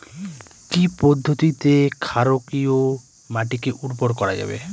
কি পদ্ধতিতে ক্ষারকীয় মাটিকে উর্বর করা যাবে?